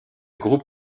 groupe